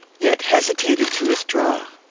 yet hesitated to withdraw.